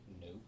Nope